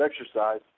exercise